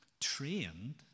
trained